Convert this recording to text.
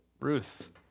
Ruth